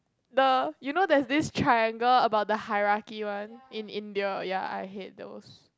the you know there's this triangle about the hierarchy one in India ya I hate those